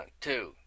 two